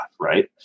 right